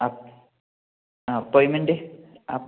ആ അപ്പോയിൻമെന്റ് അപ്പ്